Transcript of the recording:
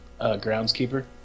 groundskeeper